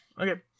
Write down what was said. Okay